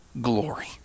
glory